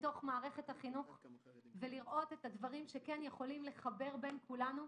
לתוך מערכת החינוך ולראות את הדברים שיכולים לחבר בין כולנו,